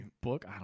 book